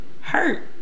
hurt